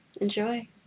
enjoy